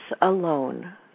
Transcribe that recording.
alone